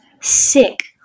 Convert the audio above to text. sick